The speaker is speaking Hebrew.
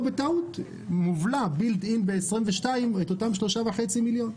בטעות מובלעים ב-2022 אותם 3.5 מיליון.